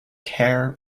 care